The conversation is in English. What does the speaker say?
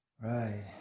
Right